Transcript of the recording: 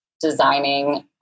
designing